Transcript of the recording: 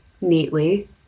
neatly